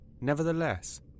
Nevertheless